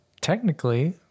Technically